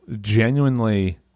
genuinely